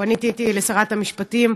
פניתי גם לשרת המשפטים,